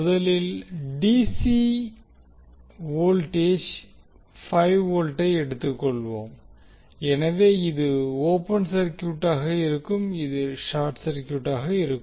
முதலில் DC voltage 5V ஐ எடுத்துக்கொள்வோம் எனவே இது ஓபன் சர்கியூட்டாக இருக்கும் இது ஷார்ட் சர்கியூட்டாக இருக்கும்